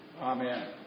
Amen